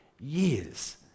years